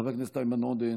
חבר הכנסת איימן עודה,